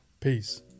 Peace